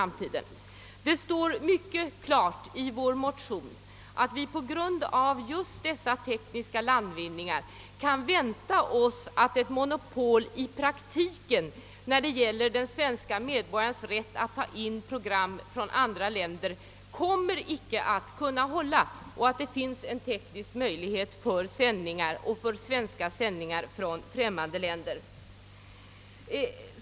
Men det står mycket klart utsagt i vår motion att vi just på grund av dessa tekniska landvinningar kan vänta oss att ett monopol i praktiken inte kommer att kunna upprätthållas i vad avser möjligheterna för den svenske medborgaren samt att tekniska möjligheter föreligger för svenska sändningar från främmande länder.